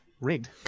Rigged